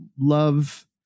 love